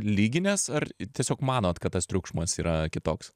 lyginęs ar tiesiog manot kad tas triukšmas yra kitoks